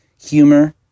humor